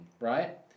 right